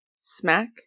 smack